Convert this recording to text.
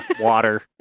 water